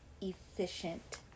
efficient